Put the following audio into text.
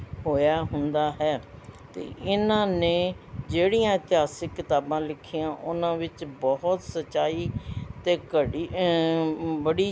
ਹੋਇਆ ਹੁੰਦਾ ਹੈ ਅਤੇ ਇਹਨਾਂ ਨੇ ਜਿਹੜੀਆਂ ਇਤਿਹਾਸਿਕ ਕਿਤਾਬਾਂ ਲਿਖੀਆਂ ਉਹਨਾਂ ਵਿੱਚ ਬਹੁਤ ਸੱਚਾਈ ਅਤੇ ਘੜੀ ਬੜੀ